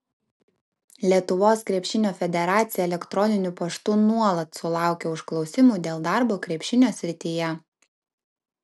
lietuvos krepšinio federacija elektroniniu paštu nuolat sulaukia užklausimų dėl darbo krepšinio srityje